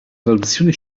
produzione